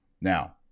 now